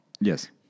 Yes